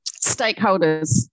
stakeholders